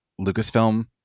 lucasfilm